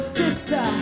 sister